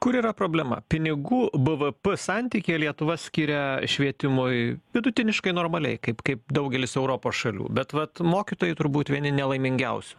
kur yra problema pinigų bvp santykyje lietuva skiria švietimui vidutiniškai normaliai kaip kaip daugelis europos šalių bet vat mokytojai turbūt vieni nelaimingiausių